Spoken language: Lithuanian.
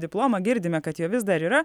diplomą girdime kad jo vis dar yra